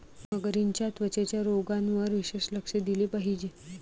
मगरींच्या त्वचेच्या रोगांवर विशेष लक्ष दिले पाहिजे